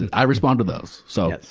and i respond to those. so,